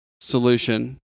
solution